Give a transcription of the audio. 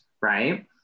right